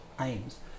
aims